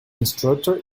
instructor